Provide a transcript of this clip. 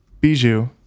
Bijou